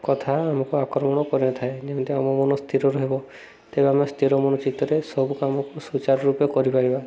କଥା ଆମକୁ ଆକ୍ରମଣ କରିନଥାଏ ଯେମିତି ଆମ ମନ ସ୍ଥିର ରହିବ ତେବେ ଆମେ ସ୍ଥିର ମନଚିତ୍ତରେ ସବୁ କାମକୁ ସୁଚାର ରୂପେ କରିପାରିବା